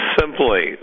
simply